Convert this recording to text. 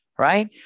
right